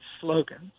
slogans